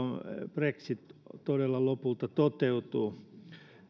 brexit todella lopulta toteutuu